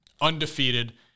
undefeated